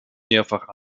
mehrfach